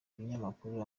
ibinyamakuru